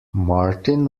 martin